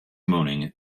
moaning